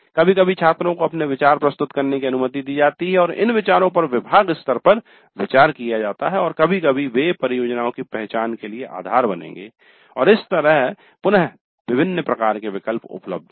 कभी कभी छात्रों को अपने विचार प्रस्तुत करने की अनुमति दी जाती है और इन विचारों पर विभाग स्तर पर विचार किया जा सकता है और कभी कभी वे परियोजनाओं की पहचान के लिए आधार बनते है और इस तरह पुनः विभिन्न प्रकार के विकल्प उपलब्ध हैं